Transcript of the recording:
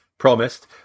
promised